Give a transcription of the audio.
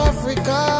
Africa